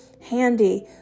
handy